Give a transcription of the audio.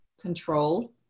control